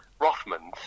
Rothmans